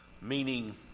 meaning